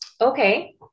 Okay